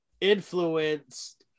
influenced